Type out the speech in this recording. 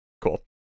cool